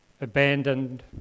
abandoned